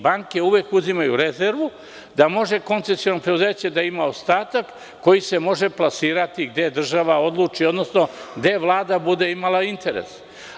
Banke uvek uzimaju rezervu, da može koncesijom preduzeće da ima ostatak koji se može plasirati gde država odluči, odnosno gde Vlada bude imala interes.